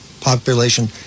population